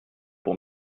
pour